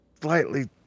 slightly